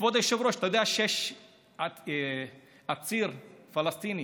כבוד היושב-ראש, אתה יודע שיש עציר פלסטיני